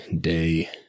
Day